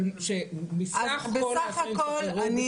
אבל סך כל האסירים שהשתחררו בשחרור מינהלי,